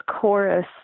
chorus